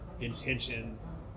intentions